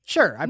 Sure